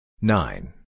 nine